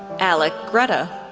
alec gretta,